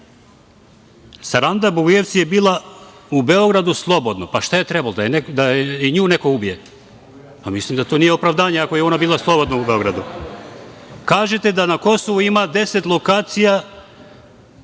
Bogujevci je bila u Beogradu slobodno. Pa, šta je trebalo? Da i nju neko ubije? Pa, mislim da to nije opravdanje ako je ona bila slobodna u Beogradu. Kažete da na Kosovu ima 10 lokacija